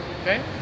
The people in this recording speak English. okay